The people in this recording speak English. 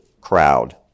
crowd